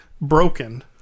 broken